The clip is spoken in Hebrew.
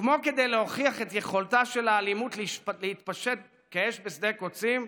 וכמו כדי להוכיח את יכולתה של האלימות להתפשט כאש בשדה קוצים,